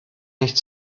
nicht